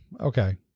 Okay